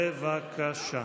בבקשה.